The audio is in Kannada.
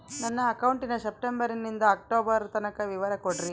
ನನ್ನ ಅಕೌಂಟಿನ ಸೆಪ್ಟೆಂಬರನಿಂದ ಅಕ್ಟೋಬರ್ ತನಕ ವಿವರ ಕೊಡ್ರಿ?